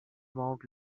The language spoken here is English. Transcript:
mount